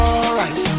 Alright